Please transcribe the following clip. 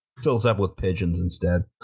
fills up with pigeons instead.